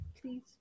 Please